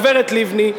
הגברת לבני,